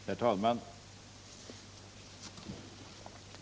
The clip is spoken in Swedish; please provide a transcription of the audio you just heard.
Herr talman!